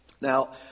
Now